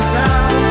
now